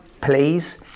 please